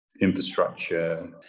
infrastructure